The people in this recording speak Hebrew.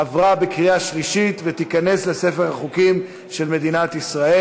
עברה בקריאה שלישית ותיכנס לספר החוקים של מדינת ישראל.